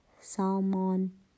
Salmon